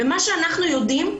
מה שאנחנו יודעים,